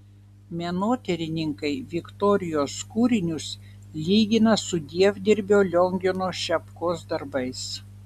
menotyrininkai viktorijos kūrinius lygina su dievdirbio liongino šepkos darbais